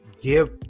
give